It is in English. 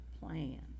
plan